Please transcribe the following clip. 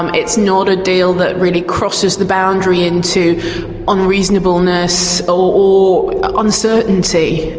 um it's not a deal that really crosses the boundary into unreasonableness or uncertainty,